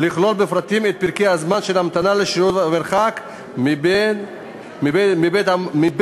ותכלול בפרטים את פרקי הזמן של המתנה לשירות והמרחק מבית המבוטח,